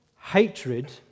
hatred